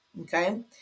Okay